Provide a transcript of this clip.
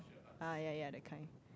ah ya ya that kind